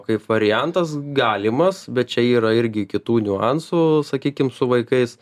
kaip variantas galimas bet čia yra irgi kitų niuansų sakykim su vaikais